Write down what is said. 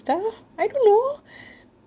I don't know